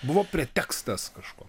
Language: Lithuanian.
buvo pretekstas kažko